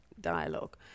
dialogue